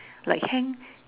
like hang